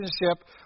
relationship